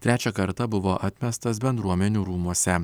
trečią kartą buvo atmestas bendruomenių rūmuose